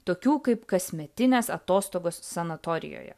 tokių kaip kasmetinės atostogos sanatorijoje